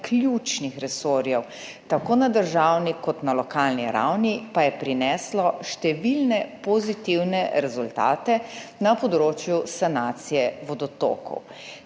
ključnih resorjev tako na državni kot na lokalni ravni pa je prinesla številne pozitivne rezultate na področju sanacije vodotokov.